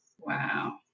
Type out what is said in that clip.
Wow